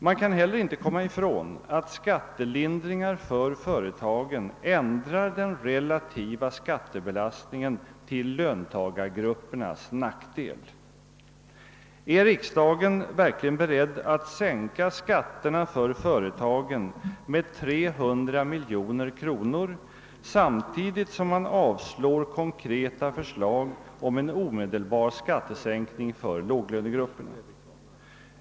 Man kan inte heller komma ifrån att skattelindringar för företagen ändrar den relativa skattebelastningen till löntagargruppernas nackdel. Är riksdagen verkligen beredd att sänka skatterna för företagen med 300 miljoner kronor samtidigt som man avslår konkreta förslag om en omedelbar skattelindring för låglönegrupperna?